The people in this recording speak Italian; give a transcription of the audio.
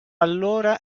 allora